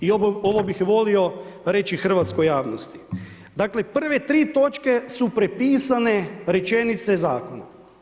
I ovo bi volio reći hrvatskoj javnosti, dakle, prve 3 točke su prepisane rečenice zakona.